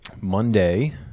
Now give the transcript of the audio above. Monday